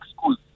schools